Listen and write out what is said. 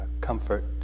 comfort